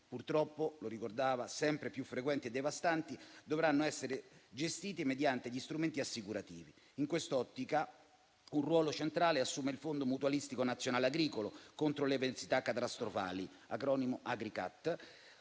purtroppo, come ricordava, sempre più frequenti e devastanti, dovranno essere gestiti mediante gli strumenti assicurativi. In questa ottica, un ruolo centrale assume il fondo mutualistico nazionale agricolo contro le avversità catastrofiche (Agricat),